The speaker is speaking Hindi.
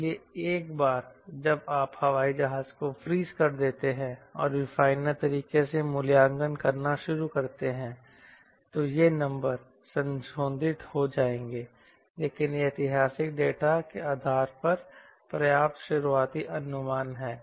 इसलिए एक बार जब आप हवाई जहाज को फ्रीज कर देते हैं और रिफाइनर तरीके से मूल्यांकन करना शुरू करते हैं तो ये नंबर संशोधित हो जाएंगे लेकिन ये ऐतिहासिक डेटा के आधार पर पर्याप्त शुरुआती अनुमान हैं